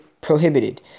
prohibited